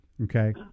Okay